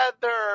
together